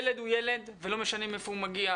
ילד הוא ילד ולא משנה מאיפה הוא מגיע.